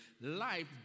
Life